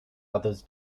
others